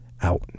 out